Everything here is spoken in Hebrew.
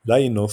ליונס,